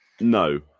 no